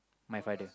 my father